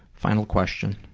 final question.